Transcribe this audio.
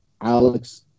Alex